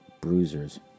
Bruisers